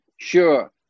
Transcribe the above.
Sure